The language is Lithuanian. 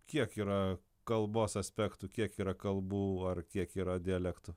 kiek yra kalbos aspektų kiek yra kalbų ar kiek yra dialektų